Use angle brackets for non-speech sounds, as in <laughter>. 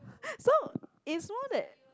<laughs> so it's more that